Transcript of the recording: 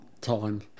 time